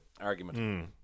argument